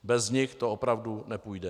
Bez nich to opravdu nepůjde.